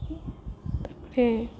ତା'ପରେ